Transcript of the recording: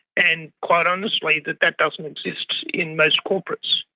and quite honestly that that doesn't exist in most corporates.